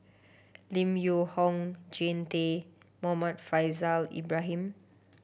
Lim Yew Hock Jean Tay Muhammad Faishal Ibrahim